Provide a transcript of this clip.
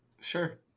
Sure